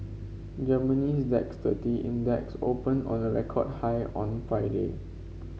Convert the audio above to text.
Germany's DAX thirty Index opened on a record high on Friday